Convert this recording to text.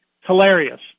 Hilarious